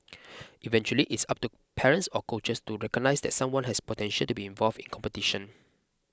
eventually it's up to parents or coaches to recognise that someone has potential to be involved in competition